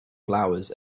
flowers